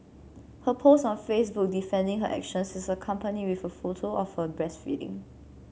her post on Facebook defending her actions is accompanied with a photo of her breastfeeding